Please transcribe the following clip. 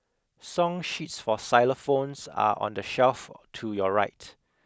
song sheets for xylophones are on the shelf to your right